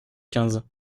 quinze